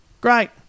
Great